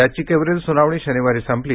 याचिकेवरील सुनावणी शनिवारी संपली